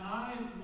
eyes